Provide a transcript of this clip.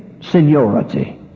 seniority